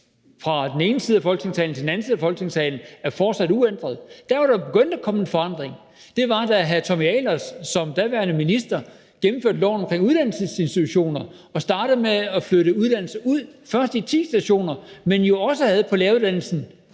fra den ene side af Folketingssalen til den anden side af Folketingssalen fortsat er uændret. Der, hvor der begyndte at komme en forandring, var, da hr. Tommy Ahlers som daværende minister gennemførte loven om uddannelsesinstitutioner og startede med at flytte uddannelser ud, først de ti stationer, men man havde jo også på læreruddannelsen